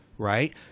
Right